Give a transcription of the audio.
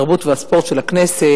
התרבות והספורט של הכנסת,